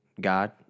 God